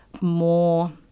more